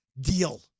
Deal